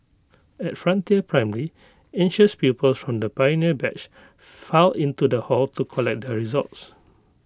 at frontier primary anxious pupils from the pioneer batch filed into the hall to collect their results